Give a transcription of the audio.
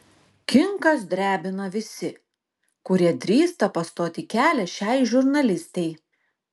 kinkas drebina visi kurie drįsta pastoti kelią šiai žurnalistei